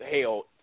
hell